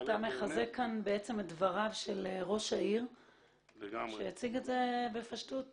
אתה מחזק כאן בעצם את דבריו של ראש העיר שהציג את זה בפשטות